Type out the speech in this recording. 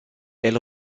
elle